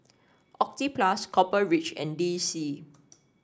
Oxyplus Copper Ridge and D C